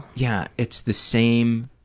yeah it's the same